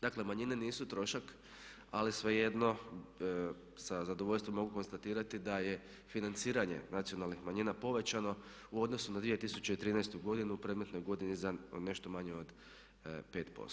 Dakle, manjine nisu trošak ali svejedno sa zadovoljstvom mogu konstatirati da je financiranje nacionalnih manjina povećano u odnosu na 2013. godinu u predmetnoj godini za nešto manje od 5%